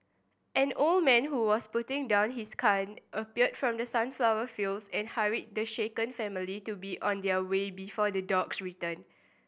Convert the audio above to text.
an old man who was putting down his gun appeared from the sunflower fields and hurried the shaken family to be on their way before the dogs return